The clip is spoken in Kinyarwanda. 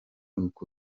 uko